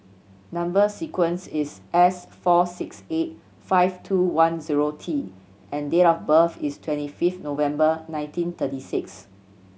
number sequence is S four six eight five two one zero T and date of birth is twenty fifth November nineteen thirty six